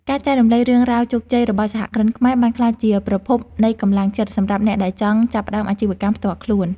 ការចែករំលែករឿងរ៉ាវជោគជ័យរបស់សហគ្រិនខ្មែរបានក្លាយជាប្រភពនៃកម្លាំងចិត្តសម្រាប់អ្នកដែលចង់ចាប់ផ្តើមអាជីវកម្មផ្ទាល់ខ្លួន។